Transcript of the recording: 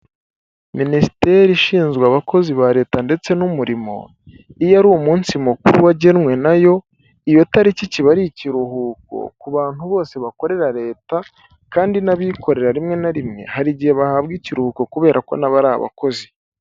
Minisiteri ishinzwe abakozi ba leta ndetse n'umurimo, iyo ari umunsi mukuru wagenwe nayo, iyo tariki kiba ari ikiruhuko ku bantu bose bakorera leta, kandi n'abikorera rimwe na rimwe hari igihe bahabwa ikiruhuko, kubera ko na bo ari abakozi.